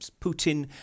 Putin